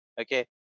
Okay